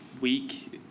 week